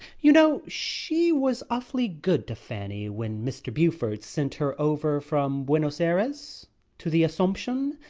you know she was awfully good to fanny when mr. beaufort sent her over from buenos ayres to the assomption.